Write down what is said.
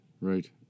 right